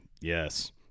Yes